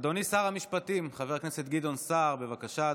אדוני שר המשפטים חבר הכנסת גדעון סער, בבקשה,